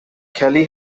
kelly